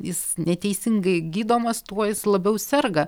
jis neteisingai gydomas tuo jis labiau serga